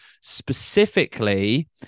specifically